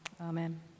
amen